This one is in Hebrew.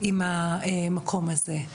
עם המקום הזה,